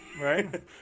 Right